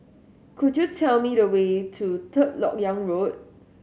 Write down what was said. could you tell me the way to Third Lok Yang Road